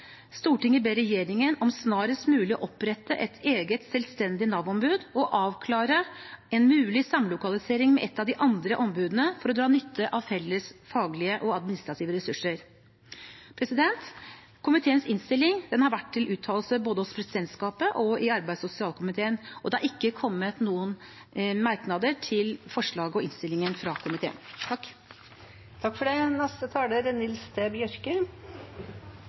ber regjeringen om snarest mulig å opprette et eget, selvstendig Nav-ombud og avklare en mulig samlokalisering med et av de andre ombudene for å dra nytte av felles faglige og administrative ressurser.» Komiteens innstilling har vært til uttalelse hos både presidentskapet og arbeids- og sosialkomiteen, og det har ikke kommet noen merknader til forslaget og innstillingen fra komiteen.